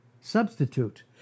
substitute